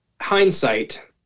hindsight